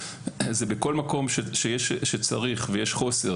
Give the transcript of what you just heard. זה בכל מקום שצריך ויש חוסר